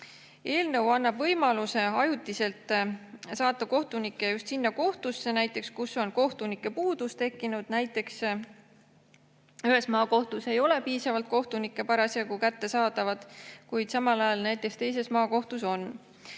Eelnõu annab võimaluse ajutiselt saata kohtunikke just sinna kohtusse, kus on kohtunike puudus tekkinud, näiteks juhul, kui ühes maakohtus ei ole piisavalt kohtunikke parasjagu kättesaadavad, samal ajal teises maakohtus on.